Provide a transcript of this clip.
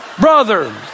brother